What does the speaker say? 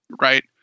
right